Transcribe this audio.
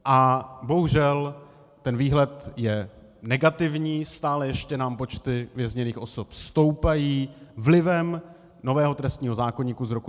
A bohužel výhled je negativní, stále ještě nám počty vězněných osob stoupají vlivem nového trestního zákoníku z roku 2010.